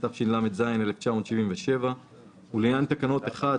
התשל"ז-1977 ולעניין תקנות 1,